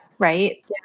Right